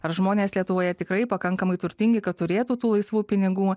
ar žmonės lietuvoje tikrai pakankamai turtingi kad turėtų tų laisvų pinigų